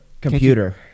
Computer